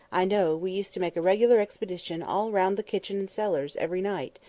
i know, we used to make a regular expedition all round the kitchens and cellars every night,